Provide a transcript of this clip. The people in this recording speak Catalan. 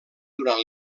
durant